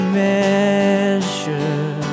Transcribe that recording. measure